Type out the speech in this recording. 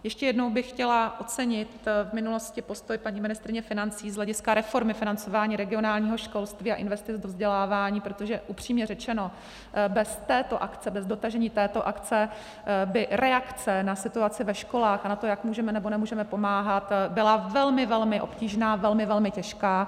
Ještě jednou bych chtěla ocenit v minulosti postoj paní ministryně financí z hlediska reformy financování regionálního školství a investic do vzdělávání, protože upřímně řečeno, bez této akce, bez dotažení této akce by reakce na situaci ve školách a na to, jak můžeme nebo nemůžeme pomáhat, byla velmi velmi obtížná, velmi velmi těžká.